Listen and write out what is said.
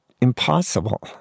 impossible